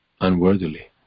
unworthily